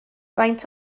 faint